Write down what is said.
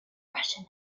russian